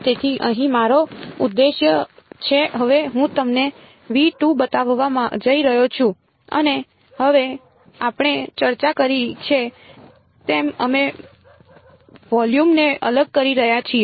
તેથી અહીં મારો ઉદ્દેશ્ય છે હવે હું તમને બતાવવા જઈ રહ્યો છું અને હવે આપણે ચર્ચા કરી છે તેમ અમે વોલ્યુમને અલગ કરી રહ્યા છીએ